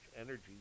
energy